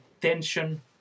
tension